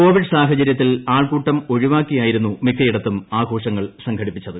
Covid സാഹചര്യത്തിൽ ആൾക്കൂട്ടം ഒഴിവാക്കി ആയിരുന്നു മിക്കയിടത്തും ആഘോഷങ്ങൾ സംഘടിപ്പിച്ചത്